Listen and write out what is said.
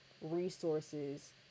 resources